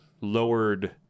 lowered